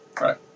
Right